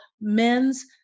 men's